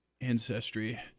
ancestry